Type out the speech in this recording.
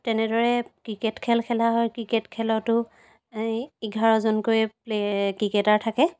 তেনেদৰে ক্ৰিকেট খেল খেলা হয় ক্ৰিকেট খেলতো এঘাৰজনকৈ ক্ৰিকেটাৰ থাকে